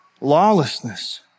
lawlessness